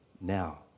now